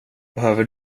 behöver